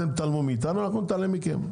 אתם תתעלמו מאיתנו, אנחנו נתעלם מכם.